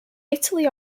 italy